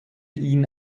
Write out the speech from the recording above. ihn